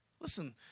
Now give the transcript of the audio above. Listen